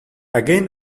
again